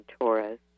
Taurus